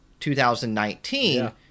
2019